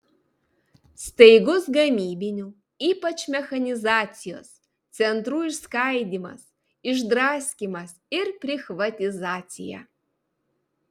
staigus gamybinių ypač mechanizacijos centrų išskaidymas išdraskymas ir prichvatizacija